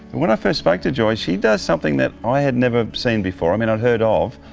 when i first spoke to joy, she does something that i had never seen before. i mean i'd heard of,